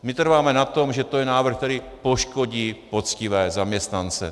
My trváme na tom, že to je návrh, který poškodí poctivé zaměstnance.